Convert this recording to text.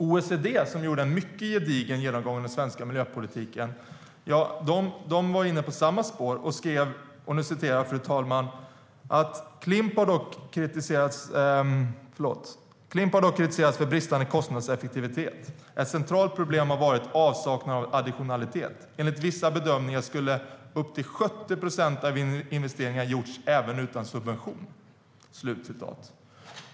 OECD gjorde en mycket gedigen genomgång av den svenska miljöpolitiken och var inne på samma spår. De skrev: Klimp har dock kritiserats för bristande kostnadseffektivitet. Ett centralt problem har varit avsaknad av additionalitet. Enligt vissa bedömningar skulle upp till 70 procent av investeringarna gjorts även utan subvention.